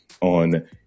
on